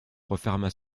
referma